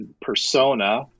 persona